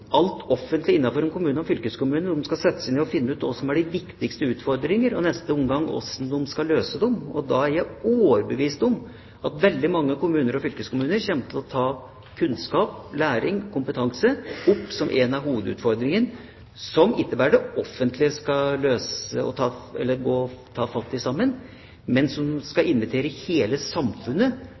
og finne ut hva som er de viktigste utfordringene, og i neste omgang hvordan man skal løse dem. Jeg er overbevist om at veldig mange kommuner og fylkeskommuner kommer til å ta kunnskap, læring og kompetanse opp som en hovedutfordring, som ikke bare det offentlige skal ta fatt i, men som hele samfunnet skal inviteres til å ta fatt i sammen. Det er det som